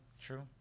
true